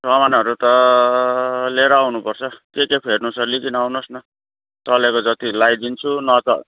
सामानहरू त लिएर आउनु पर्छ के के फेर्नु छ लिएर आउनुहोस् न चलेको जति लाइदिन्छु नच